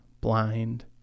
blind